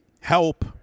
help